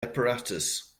apparatus